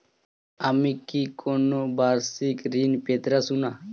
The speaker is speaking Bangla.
আমি কি কোন বাষিক ঋন পেতরাশুনা?